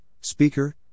speaker